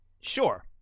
Sure